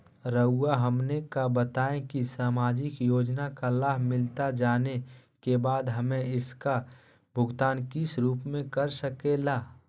रहुआ हमने का बताएं की समाजिक योजना का लाभ मिलता जाने के बाद हमें इसका भुगतान किस रूप में कर सके ला?